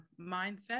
mindset